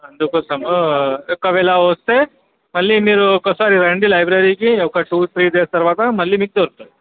అందుకోసము ఒకవేళ వస్తే మళ్ళీ మీరు ఒకసారి రండి లైబ్రరీకి ఒక టూ త్రీ డేస్ తరువాత మళ్ళీ మీకు దొరుకుతుంది